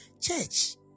Church